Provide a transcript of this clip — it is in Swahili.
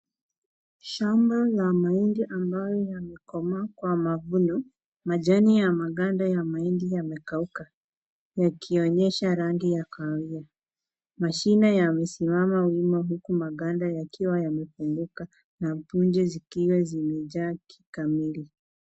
Shamba la mahindi ambayo yamekomaa kwa mavuno. Majani ya maganda ya mahindi yamekauka yakionyesha rangi ya kawia. Mashina yamesimama wima huku maganda yakiwa yamependuka na punje zikiwa zimejaa kikamili.